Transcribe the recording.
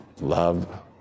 love